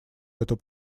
эту